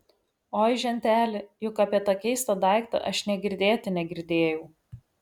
oi ženteli juk apie tą keistą daiktą aš nė girdėti negirdėjau